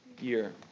year